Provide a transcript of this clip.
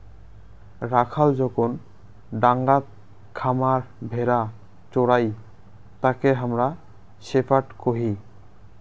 রাখাল যখন ডাঙাত খামার ভেড়া চোরাই তাকে হামরা শেপার্ড কহি